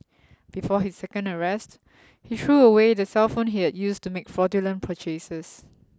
before his second arrest he threw away the cellphone he had used to make fraudulent purchases